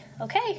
okay